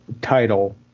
title